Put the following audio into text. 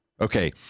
Okay